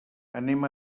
anem